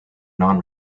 non